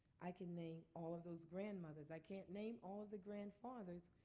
i can name all of those grandmothers. i can't name all of the grandfathers,